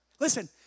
Listen